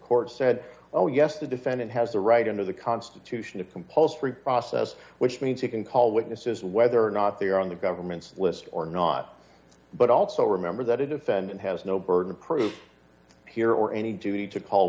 court said oh yes the defendant has the right under the constitution of compulsory process which means he can call witnesses whether or not they are on the government's list or not but also remember that a defendant has no burden of proof here or any duty to call